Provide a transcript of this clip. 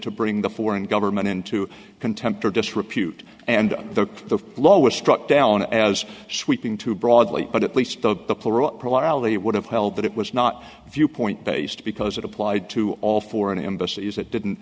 to bring the foreign government into contempt or disrepute and the lower struck down as sweeping too broadly but at least the early would have held that it was not viewpoint based because it applied to all foreign embassies it didn't